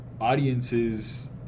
audiences